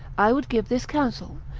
i would give this counsel,